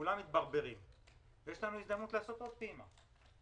כולם מתברברים ויש לנו הזדמנות לעשות עוד פעימה.